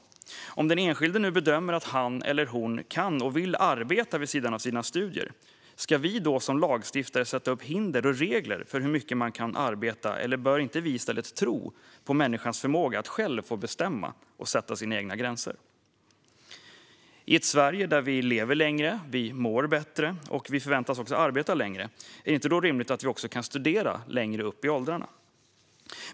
Om den enskilde bedömer att han eller hon kan och vill arbeta vid sidan av sina studier - ska vi då som lagstiftare sätta upp hinder och regler för hur mycket man kan arbeta? Bör vi inte i stället tro på människans förmåga att själv bestämma och sätta sina egna gränser? Är det inte rimligt att vi i ett Sverige där vi lever längre, mår bättre och förväntas arbeta längre också kan studera längre upp i åldrarna?